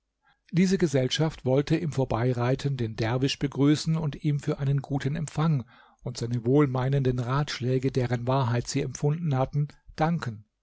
diese gesellschaft wollte im vorbeireiten den derwisch begrüßen und ihm für einen guten empfang und seine wohlmeinenden ratschläge deren wahrheit sie empfunden hatten danken